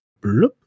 bloop